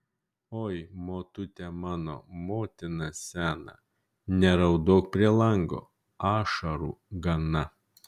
oi motute mano motina sena neraudok prie lango ašarų gana